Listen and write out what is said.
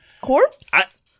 corpse